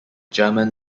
german